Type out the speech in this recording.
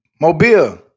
Mobile